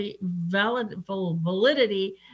validity